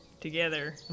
together